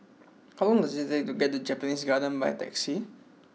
how long does it take to get to Japanese Garden by taxi